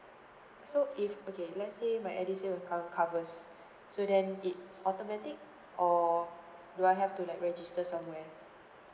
so if okay let's say my edusave account covers so then it's automatic or do I have to like register somewhere